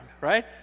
right